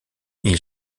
ils